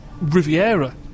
Riviera